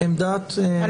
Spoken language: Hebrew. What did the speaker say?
לטעמי, אם נעביר